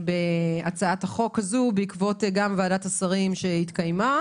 בהצעת החוק הזו בעקבות גם ועדת השרים שהתקיימה,